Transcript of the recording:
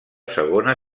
segona